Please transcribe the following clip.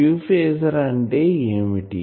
q phasor అంటే ఏమిటి